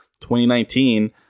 2019